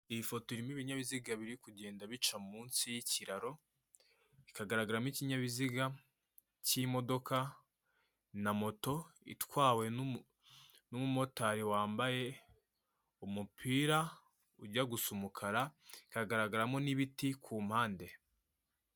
Iyi foto irimo ibinyabiziga biri kugenda bica munsi y'ikiraro, ikagaragaramo ikinyabiziga cy'imodoka na moto itwawe n'umumotari wambaye umupira ujya gusa umukara, ikagaragaramo n'ibiti ku mpande.